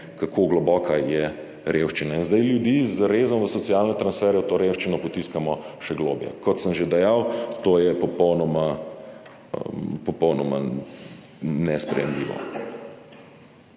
kako globoka je revščina. In zdaj ljudi z rezom v socialne transferje, v to revščino, potiskamo še globlje. Kot sem že dejal, to je popolnoma, popolnoma